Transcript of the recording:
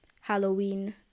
Halloween